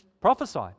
prophesy